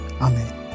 Amen